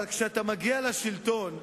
אבל כשאתה מגיע לשלטון,